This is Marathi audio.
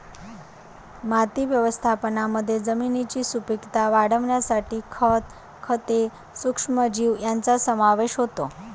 माती व्यवस्थापनामध्ये जमिनीची सुपीकता वाढवण्यासाठी खत, खते, सूक्ष्मजीव यांचा समावेश होतो